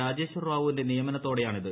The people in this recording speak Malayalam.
രാജേശ്വർ റാവുവിന്റെ നിയമനത്തോടെയാണിത്